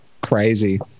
crazy